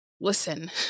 listen